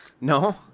No